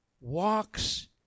walks